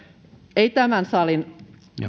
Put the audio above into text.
ei tämän salin